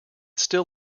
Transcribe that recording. still